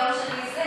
ביום שני זה,